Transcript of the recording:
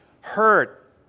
hurt